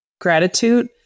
Gratitude